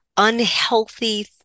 unhealthy